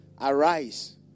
arise